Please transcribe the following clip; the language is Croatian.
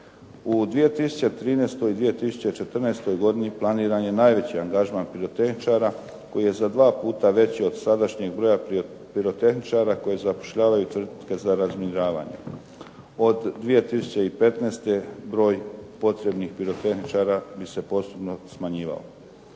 U 2013. i 2014. godini planiran je najveći angažman pirotehničara koji je za 2 puta veći od sadašnjeg broja pirotehničara koje zapošljavaju tvrtke za razminiravanje. Od 2015. broj potrebnih pirotehničara bi se postupno smanjivao.